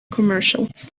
commercials